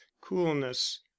coolness